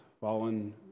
fallen